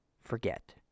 forget